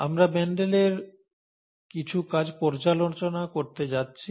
আমরা মেন্ডেলের কিছু কাজ পর্যালোচনা করতে যাচ্ছি